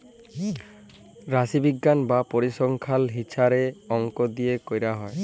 রাশিবিজ্ঞাল বা পরিসংখ্যাল হিছাবে অংক দিয়ে ক্যরা হ্যয়